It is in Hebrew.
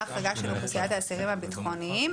החרגה של אוכלוסיית האסירים הביטחוניים.